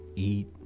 eat